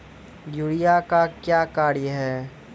Urea का क्या कार्य हैं?